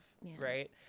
right